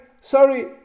sorry